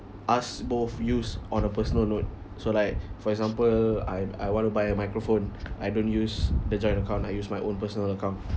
us both use on a personal note so like for example I I want to buy a microphone I don't use the joint account I use my own personal account